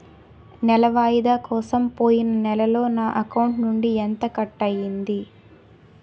నెల వాయిదా కోసం పోయిన నెలలో నా అకౌంట్ నుండి ఎంత కట్ అయ్యింది?